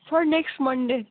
sir next Monday